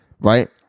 right